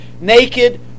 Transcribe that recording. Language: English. naked